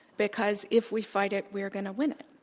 because if we fight it, we're going to win it.